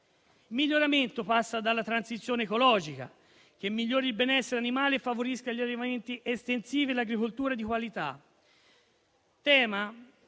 Il miglioramento passa dalla transizione ecologica, che migliori il benessere animale e favorisca gli allevamenti estensivi e l'agricoltura di qualità,